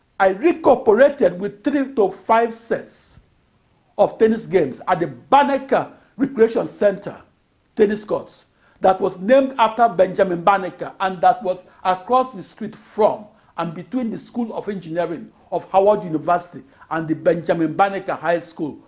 i recuperated with three to five sets of tennis games at the banneker recreation center tennis courts that was named after benjamin banneker and that was across the street from and between the school of engineering of howard university and benjamin banneker high school,